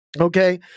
okay